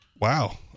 Wow